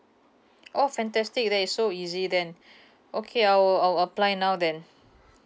oh fantastic that is so easy then okay I will I will apply now then